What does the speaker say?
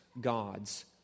God's